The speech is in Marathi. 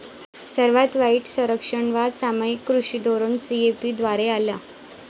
सर्वात वाईट संरक्षणवाद सामायिक कृषी धोरण सी.ए.पी द्वारे आला